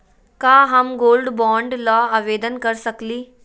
का हम gold bond ल आवेदन कर सकली?